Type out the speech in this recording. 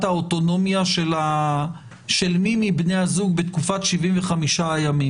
האוטונומיה של מי מבני הזוג בתקופת 75 הימים.